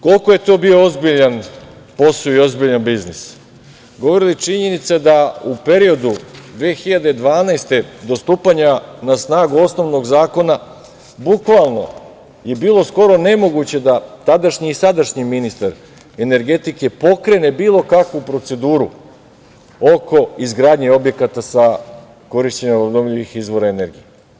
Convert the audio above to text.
Koliko je to bio ozbiljan posao i ozbiljan biznis govori i činjenica da u periodu od 2012. godine do stupanja na snagu osnovnog zakona bukvalno je bilo skoro nemoguće da tadašnji sadašnji ministar energetike pokrene bilo kakvu proceduru oko izgradnje objekata za korišćenje obnovljivih izvora energije.